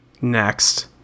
Next